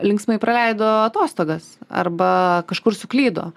linksmai praleido atostogas arba kažkur suklydo